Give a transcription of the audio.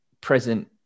present